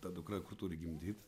ta dukra turi gimdyt